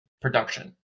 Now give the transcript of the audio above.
production